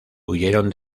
huyeron